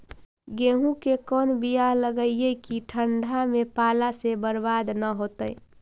गेहूं के कोन बियाह लगइयै कि ठंडा में पाला से बरबाद न होतै?